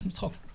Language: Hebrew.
עושים צחוק.